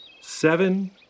Seven